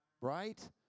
right